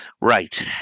Right